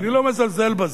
אני לא מזלזל בזה.